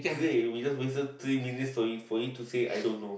K we just wasted three minutes fo~ for you to say I don't know